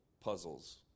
puzzles